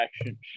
action